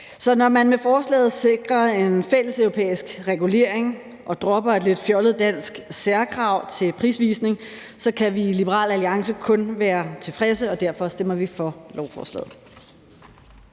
Så når man med forslaget sikrer en fælleseuropæisk regulering og dropper et lidt fjollet dansk særkrav til prisvisning, kan vi i Liberal Alliance kun være tilfredse, og derfor stemmer vi for lovforslaget.